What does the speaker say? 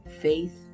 faith